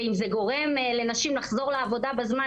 ואם זה גורם לנשים לחזור לעבודה בזמן,